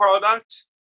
product